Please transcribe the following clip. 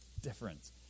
difference